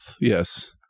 Yes